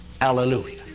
hallelujah